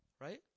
right